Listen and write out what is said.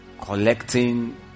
collecting